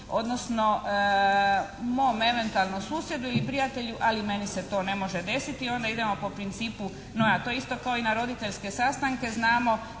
odnosno mom eventualno susjedu ili prijatelju ali meni se to ne može desiti i onda idemo po principu …/Govornik se ne razumije./… A to je isto kao i na roditeljske sastanke, znamo